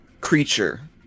creature